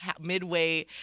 midway